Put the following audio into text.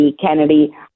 Kennedy